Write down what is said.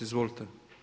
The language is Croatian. Izvolite.